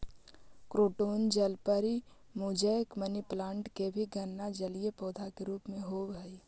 croton जलपरी, mosaic, money plant के भी गणना जलीय पौधा के रूप में होवऽ हइ